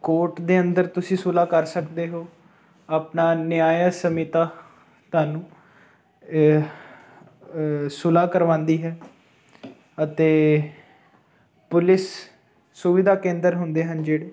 court ਦੇ ਅੰਦਰ ਤੁਸੀਂ ਸੁਲਹਾ ਕਰ ਸਕਦੇ ਹੋ ਆਪਣਾ ਨਿਆਏ ਸਮੀਤਾ ਤੁਹਾਨੂੰ ਇਹ ਸੁਲਹਾ ਕਰਵਾਉਂਦੀ ਹੈ ਅਤੇ ਪੁਲਿਸ ਸੁਵਿਧਾ ਕੇਂਦਰ ਹੁੰਦੇ ਹਨ ਜਿਹੜੇ